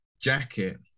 jacket